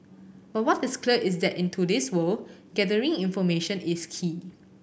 but what is clear is that in today's world gathering information is key